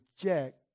reject